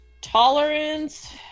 tolerance